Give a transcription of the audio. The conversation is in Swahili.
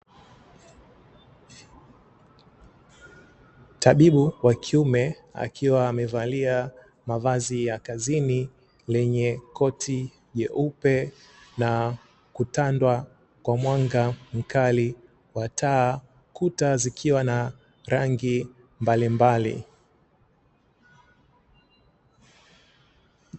Tabibu wa kiume akiwa amevalia mavazi ya kazini lenye koti jeupe na kutandwa kwa mwanga mkali wa taa kuta zikiwa na rangi mbalimbali.